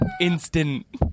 Instant